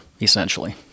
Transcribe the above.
essentially